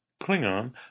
Klingon